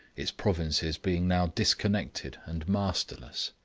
its provinces being now disconnected and masterless.